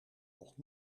nog